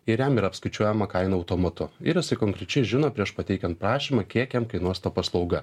ir jam yra apskaičiuojama kaina automatu ir jisai konkrečiai žino prieš pateikiant prašymą kiek jam kainuos ta paslauga